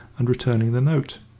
and returning the note.